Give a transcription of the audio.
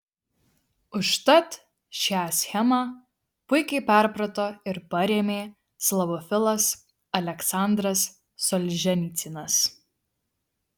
užtat šią schemą puikiai perprato ir parėmė slavofilas aleksandras solženicynas